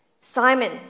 Simon